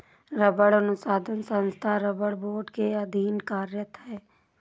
रबड़ अनुसंधान संस्थान रबड़ बोर्ड के अधीन कार्यरत है